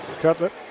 Cutlet